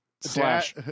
slash